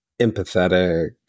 empathetic